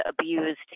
abused